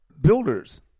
Builders